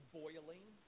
boiling